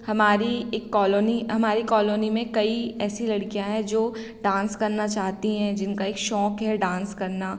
हमारी एक कॉलोनी हमारी कॉलोनी में कई ऐसी लड़कियाँ हैं जो डांस करना चाहती हैं जिनका एक शौक़ है डांस करना